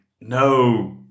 No